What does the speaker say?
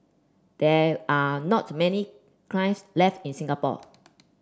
there are not many left in Singapore